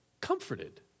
Comforted